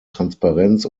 transparenz